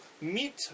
meet